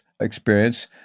experience